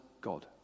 God